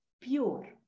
pure